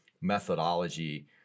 methodology